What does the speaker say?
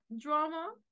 drama